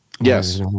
Yes